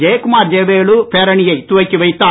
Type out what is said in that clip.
ஜெயக்குமார் ஜெயவேலு பேரணியை துவக்கி வைத்தார்